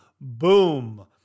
Boom